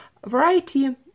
Variety